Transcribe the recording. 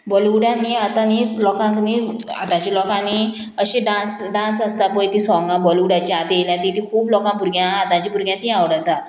बॉलिवूडानी आतां न्ही लोकांक न्ही आतांच्या लोकां न्ही अशें डांस डांस आसता पळय तीं सोंगां बॉलिवुडाची आतां येयल्या तीं तीं खूब लोकां भुरग्यांक आतांची भुरग्यां तीं आवडटा